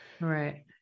Right